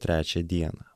trečią dieną